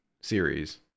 series